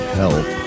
help